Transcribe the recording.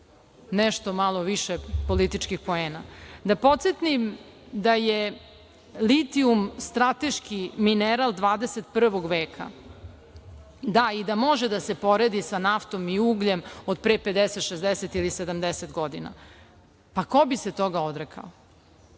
nešto malo više političkih poena. Da podsetim da je litijum strateški mineral 21. veka i da može da se poredi sa naftom i ugljem od pre 50, 60 ili 70 godina. Pa, ko bi se toga odrekao?